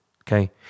Okay